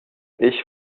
ich